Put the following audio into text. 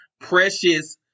Precious